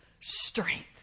strength